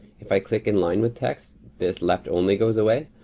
if i click in line with text this left only goes away.